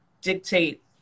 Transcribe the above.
dictate